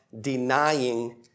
denying